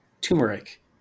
Turmeric